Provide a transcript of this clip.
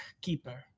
keeper